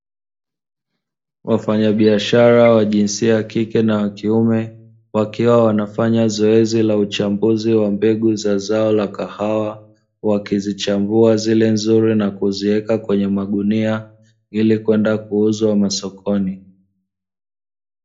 Wafanyabiashara wa jinsia ya kike na kiume, wakiwa wanafanya zoezi la uchambuzi wa mbegu za zao la kahawa, wakizichambua zile nzuri na kuziweka kwenye magunia ili kwenda kuuzwa sokoni.